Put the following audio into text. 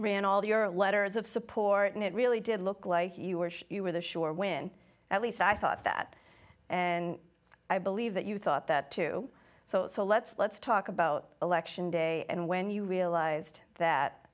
ran all the your letters of support and it really did look like you were sure you were the sure win at least i thought that and i believe that you thought that too so so let's let's talk about election day and when you realized that